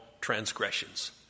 transgressions